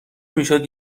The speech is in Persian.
میشد